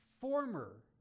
former